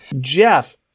Jeff